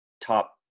top